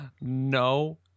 No